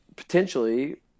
potentially